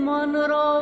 Monroe